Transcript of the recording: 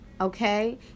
okay